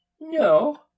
No